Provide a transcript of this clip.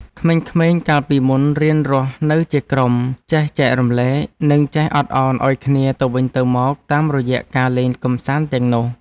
ក្មេងៗកាលពីមុនរៀនរស់នៅជាក្រុម ចេះចែករំលែក និងចេះអត់ឱនឱ្យគ្នាទៅវិញទៅមកតាមរយៈការលេងកម្សាន្តទាំងនោះ។